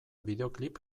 bideoklip